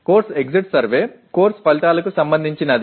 course exit survey course ఫలితాలకు సంబంధించినది